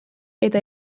eta